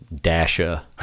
Dasha